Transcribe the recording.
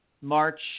March